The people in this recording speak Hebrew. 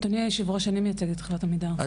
אדוני יושב הראש, אני מייצגת את חברת עמידר.